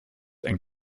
and